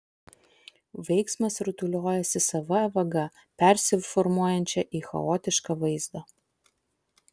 veiksmas rutuliojasi sava vaga persiformuojančia į chaotišką vaizdą